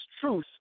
truth